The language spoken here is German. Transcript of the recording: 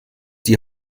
die